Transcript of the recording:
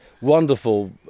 Wonderful